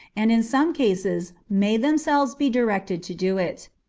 and in some cases may themselves be directed to do it.